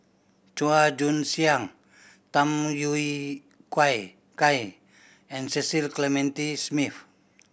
Chua Joon Siang Tham Yui Kai and Cecil Clementi Smith